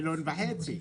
מיליון וחצי,